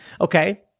Okay